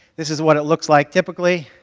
this is what it looks like typically,